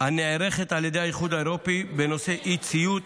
הנערכת על ידי האיחוד האירופי בנושא אי-ציות,